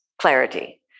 clarity